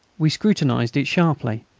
we scrutinised it sharply,